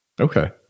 Okay